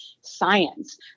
science